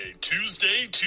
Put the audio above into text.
Tuesday